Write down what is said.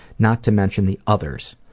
not to mention the others.